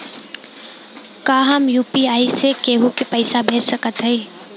का हम यू.पी.आई से केहू के पैसा भेज सकत हई?